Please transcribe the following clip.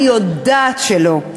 אני יודעת שלא.